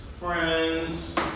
Friends